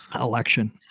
election